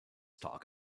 talk